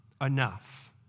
enough